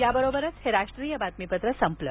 याबरोबरच हे राष्ट्रीय बातमीपत्र संपलं